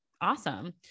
awesome